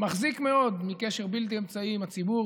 מחזיק מאוד מקשר בלתי אמצעי עם הציבור,